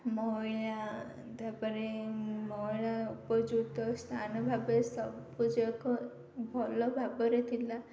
ମଇଳା ତା'ପରେ ମଇଳା ଉପଯୁକ୍ତ ସ୍ଥାନ ଭାବେ ସବୁଯାକ ଭଲ ଭାବରେ ଥିଲା